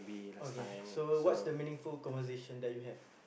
okay so what's the meaningful conversation that you have